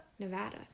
nevada